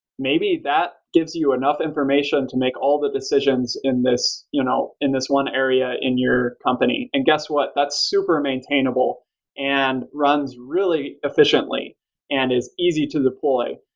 maybe that gives you enough information to make all the decisions in this you know in this one area in your company. and guess what? that's super maintainable and runs really efficiently and is easy to deploy.